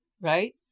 right